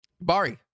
Bari